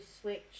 switch